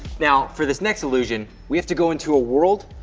now for this next illusion, we have to go into a world,